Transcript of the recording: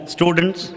Students